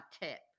tip